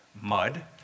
Mud